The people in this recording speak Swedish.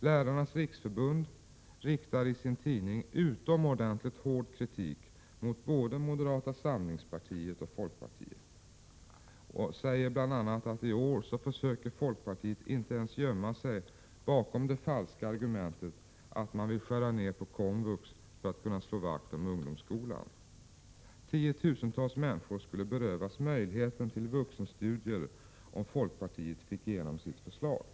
Lärarnas riksförbund riktar i sin tidning utomordentligt hård kritik mot både moderata samlingspartiet och folkpartiet och säger bl.a. att i år försöker folkpartiet inte ens gömma sig bakom det falska argumentet att man vill skära ner på komvux för att kunna slå vakt om ungdomsskolan. Tiotusentals människor skulle berövas möjligheten till vuxenstudier, om folkpartiet fick igenom sitt förslag.